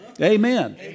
Amen